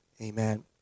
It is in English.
Amen